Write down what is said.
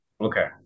Okay